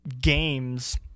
games